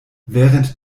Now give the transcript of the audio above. während